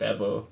devil